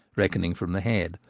reckoning from the head.